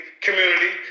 community